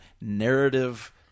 narrative